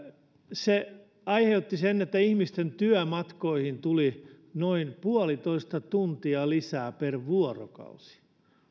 se aiheutti sen että ihmisten työmatkoihin tuli noin puolitoista tuntia lisää per vuorokausi